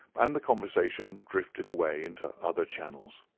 and the conversation drifted away into other channels.